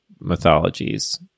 mythologies